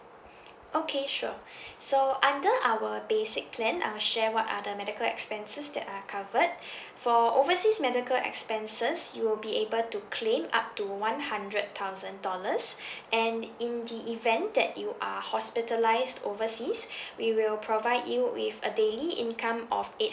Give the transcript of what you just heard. okay sure so under our basic plan I will share what are the medical expenses that are covered for overseas medical expenses you will be able to claim up to one hundred thousand dollars and in the event that you are hospitalised overseas we will provide you with a daily income of eight